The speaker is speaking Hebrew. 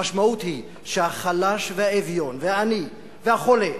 המשמעות היא שהחלש והאביון והעני והחולה,